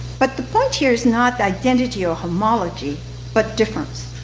but the point here is not the identity or homology but difference,